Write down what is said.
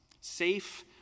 safe